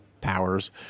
powers